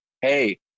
hey